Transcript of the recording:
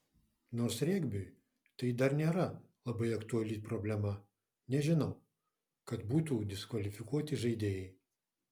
nors regbiui tai dar nėra labai aktuali problema nežinau kad būtų diskvalifikuoti žaidėjai